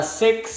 six